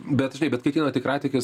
bet žinai bet kai ateina tikratikis